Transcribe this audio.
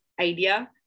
idea